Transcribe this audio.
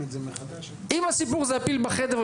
אם הסיפור זה הפיל בחדר,